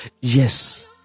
Yes